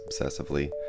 obsessively